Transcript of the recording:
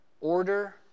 order